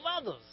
others